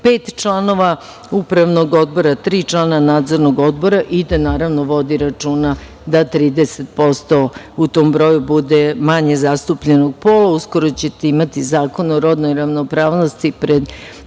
5 članova upravnog odbora, tri člana nadzornog odbora, i da naravno vodi računa da 30% u tom broju bude manje zastupljenom polu, uskoro ćete imati zakon o rodnoj ravnopravnosti pred